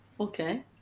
Okay